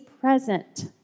present